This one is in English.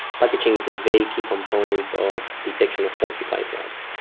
packaging is a very key component of detection of falsified drugs.